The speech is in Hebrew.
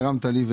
הרמת לי.